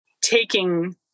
taking